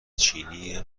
چینی